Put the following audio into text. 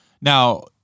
Now